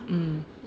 um